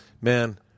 Man